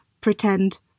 pretend